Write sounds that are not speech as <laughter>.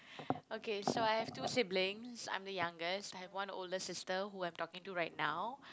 <breath> okay so I have two siblings I'm the youngest I have one older sister whom I am talking to right now